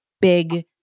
big